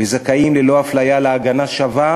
וזכאים ללא אפליה להגנה שווה